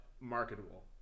marketable